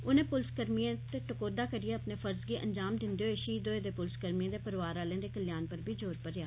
उनें पुलसकर्मिएं ते टकोह्दा करियै अपने फर्ज गी अंजाम दिंदे होई शहीद होए दे पुलसकर्मिए दे परोआर आलें दे कल्याण पर बी जोर भरेआ